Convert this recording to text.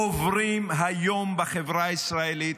עוברים היום בחברה הישראלית,